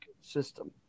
system